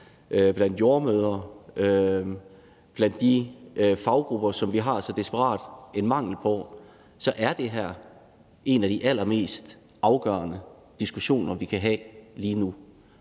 og regioner, blandt de faggrupper, som vi så desperat har en mangel på, så er det her en af de allermest afgørende diskussioner, vi kan have lige nu.